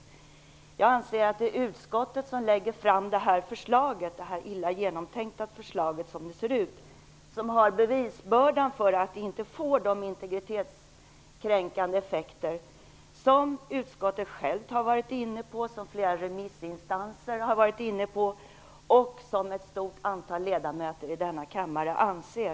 Men jag anser att utskottet, som lägger fram det här illa genomtänkta förslaget, har bevisbördan för att det inte får de integritetskränkande effekter som man i utskottet själv har varit inne på, som flera remissinstanser har varit inne på och som ett stort antal ledamöter anser att det får.